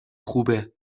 خوبه